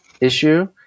issue